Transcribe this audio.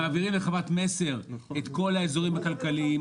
מעבירים לחברת מסר את כל האזורים הכלכליים.